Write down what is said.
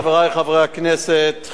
חברי חברי הכנסת,